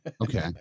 Okay